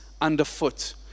underfoot